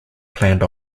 planned